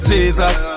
Jesus